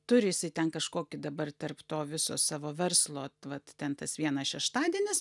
turi jisai ten kažkokį dabar tarp to viso savo verslo vat ten tas vienas šeštadienis